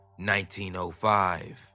1905